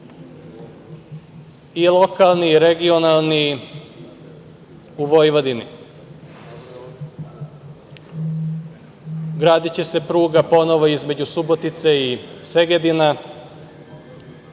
i lokalni i regionalni, u Vojvodini. Gradiće se pruga ponovo između Subotice i Segedina.